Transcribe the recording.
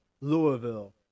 Louisville